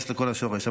להיכנס כבר לכל השורש.